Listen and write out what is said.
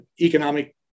economic